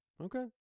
Okay